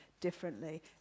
differently